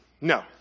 No